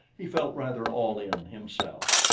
he felt rather all in, himself,